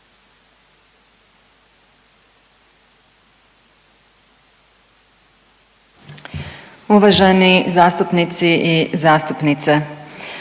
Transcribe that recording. su neke zastupnice i zastupnice